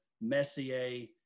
Messier